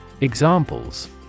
Examples